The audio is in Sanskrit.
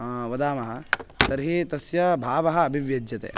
वदामः तर्ही तस्य भावः अभिव्यज्यते